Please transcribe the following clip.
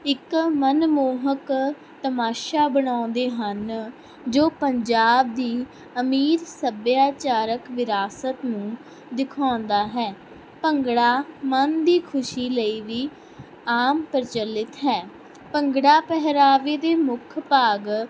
ਇੱਕ ਮਨਮੋਹਕ ਤਮਾਸ਼ਾ ਬਣਾਉਂਦੇ ਹਨ ਜੋ ਪੰਜਾਬ ਦੀ ਅਮੀਰ ਸੱਭਿਆਚਾਰਕ ਵਿਰਾਸਤ ਨੂੰ ਦਿਖਾਉਂਦਾ ਹੈ ਭੰਗੜਾ ਮਨ ਦੀ ਖੁਸ਼ੀ ਲਈ ਵੀ ਆਮ ਪ੍ਰਚਲਿਤ ਹੈ ਭੰਗੜਾ ਪਹਿਰਾਵੇ ਦੇ ਮੁੱਖ ਭਾਗ